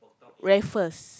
Raffles